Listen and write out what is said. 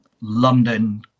London